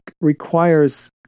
requires